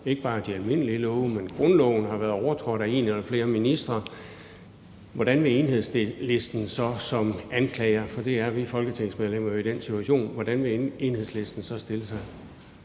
ikke bare de almindelige love, men også grundloven har været overtrådt af en eller flere ministre, så vil stille sig som anklager. For det er vi folketingsmedlemmer jo i den situation. Kl. 15:23 Første næstformand